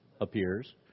appears